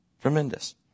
Tremendous